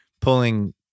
pulling